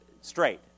straight